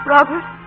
Robert